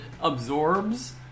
absorbs